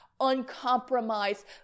uncompromised